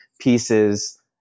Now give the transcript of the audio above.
pieces